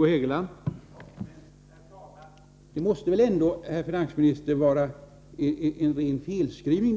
Herr talman! Det måste väl ändå, herr finansminister, vara en ren felskrivning.